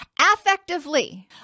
Affectively